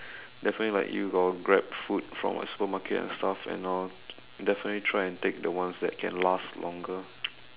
definitely like you gotta grab food from a supermarket and stuff and I'll definitely try and take the ones that can last longer